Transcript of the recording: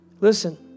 Listen